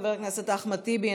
חבר הכנסת אחמד טיבי,